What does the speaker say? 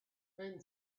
then